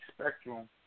Spectrum